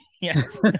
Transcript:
Yes